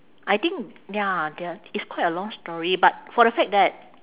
I think ya there are it's quite a long story but for the fact that